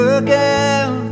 again